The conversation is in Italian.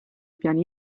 piani